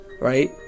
right